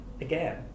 again